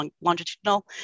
longitudinal